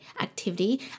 activity